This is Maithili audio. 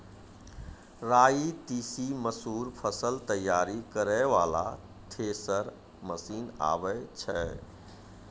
राई तीसी मसूर फसल तैयारी करै वाला थेसर मसीन आबै छै?